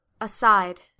Aside